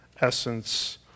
essence